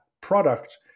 product